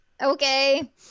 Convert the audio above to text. Okay